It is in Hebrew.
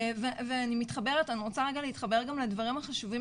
ואני רוצה רגע להתחבר גם לדברים החשובים